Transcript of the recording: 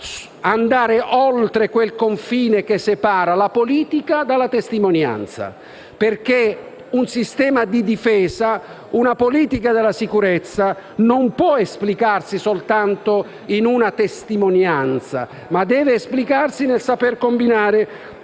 andare oltre quel confine che separa la politica dalla testimonianza, perché un sistema di difesa e una politica della sicurezza non possono esplicarsi soltanto in una testimonianza, ma devono esplicarsi nel saper combinare